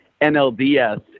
NLDS